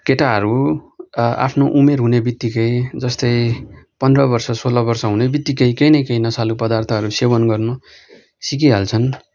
केटाहरू आफ्नो उमेर हुने बित्तिकै जस्तै पन्द्र बर्ष सोल बर्ष हुने बित्तिकै केई न केई नसालु पदार्थहरू सेवन गर्न सिकिहाल्छन्